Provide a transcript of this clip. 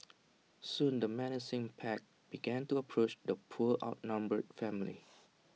soon the menacing pack began to approach the poor outnumbered family